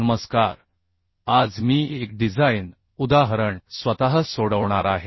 नमस्कार आज मी एक डिझाइन उदाहरण स्वतः सोडवणार आहे